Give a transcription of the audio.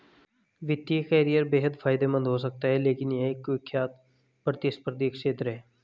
वित्तीय करियर बेहद फायदेमंद हो सकता है लेकिन यह एक कुख्यात प्रतिस्पर्धी क्षेत्र है